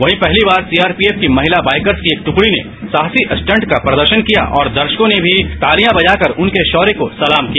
वहीं पहली बार सीआरपीएफ की महिला बाइकर्स की एक टुकड़ी ने साहसी स्टंट का प्रदर्शन किया और दर्शकों ने भी तालिया बजाकर उनके शौर्य को सलाम किया